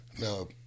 Now